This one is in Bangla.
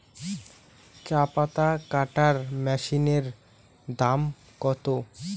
চাপাতা কাটর মেশিনের দাম কত?